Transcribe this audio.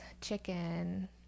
chicken